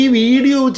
video